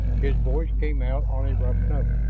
his voice came out on a rough note.